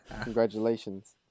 congratulations